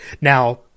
now